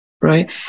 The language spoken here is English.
right